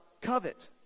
covet